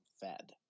fed